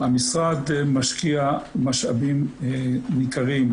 המשרד משקיע משאבים ניכרים,